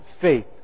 faith